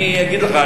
אני אגיד לך,